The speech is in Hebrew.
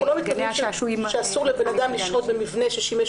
אנחנו לא מתכוונים שאסור לבן אדם לשהות במבנה ששימש